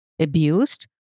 abused